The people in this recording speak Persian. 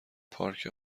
پارکه